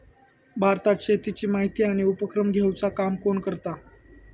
भारतात शेतीची माहिती आणि उपक्रम घेवचा काम कोण करता?